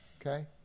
Okay